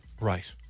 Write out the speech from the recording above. Right